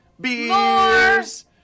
Beers